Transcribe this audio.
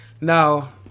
Now